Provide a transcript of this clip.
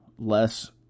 Less